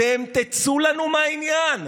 אתם תצאו לנו מהעניין.